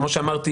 כמו שאמרתי,